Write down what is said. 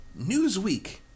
Newsweek